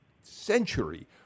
century